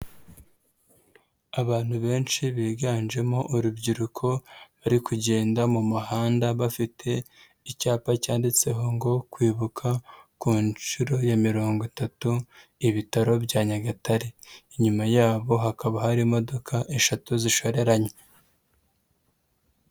Abantu benshi biganjemo urubyiruko bari kugenda mu muhanda bafite icyapa cyanditseho ngo kwibuka ku nshuro ya mirongo itatu ibitaro bya Nyagatare, inyuma yabo hakaba hari imodoka eshatu zishoreranye.